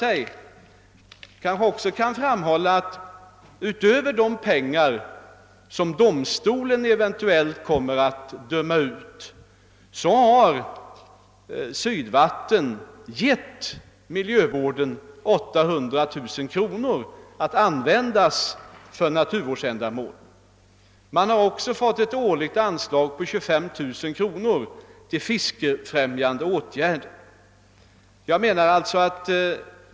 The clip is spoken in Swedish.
Det kanske också bör framhållas att utöver de pengar som vattendomstolen eventuellt kommer att utdöma har Sydvatten gett 800 000 kronor till natur sjövatten från en region till en annan vårdsändamål. Bygden har också fått ett årligt anslag på 25 000 kronor till fiskefrämjande åtgärder.